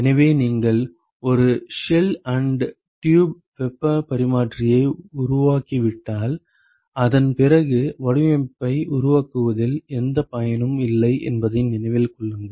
எனவே நீங்கள் ஒரு ஷெல் அண்ட் டியூப் வெப்பப் பரிமாற்றியை உருவாக்கிவிட்டால் அதன் பிறகு வடிவமைப்பை உருவாக்குவதில் எந்தப் பயனும் இல்லை என்பதை நினைவில் கொள்ளுங்கள்